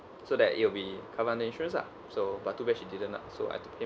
so that it'll be covered under insurance ah so but too bad she didn't lah so I have to pay